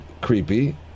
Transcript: creepy